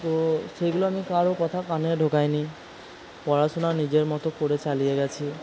তো সেইগুলো আমি কারো কথা কানে ঢোকাইনি পড়াশোনা নিজের মতো করে চালিয়ে গিয়েছি